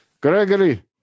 Gregory